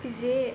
is it